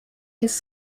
his